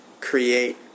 create